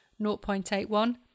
0.81